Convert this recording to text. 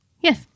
yes